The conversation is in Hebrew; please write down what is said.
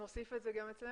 נוסיף את זה גם אצלנו?